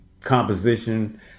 composition